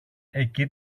εκεί